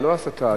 זאת השיטה.